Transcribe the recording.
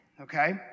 okay